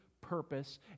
purpose